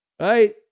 right